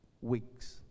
Weeks